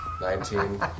Nineteen